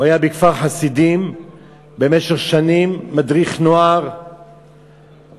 הוא היה במשך שנים מדריך נוער בכפר-חסידים.